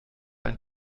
ein